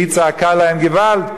והיא צעקה להם: געוואלד,